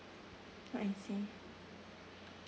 I see